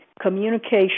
communication